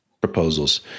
proposals